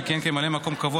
שכיהן כממלא מקום קבוע,